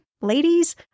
ladies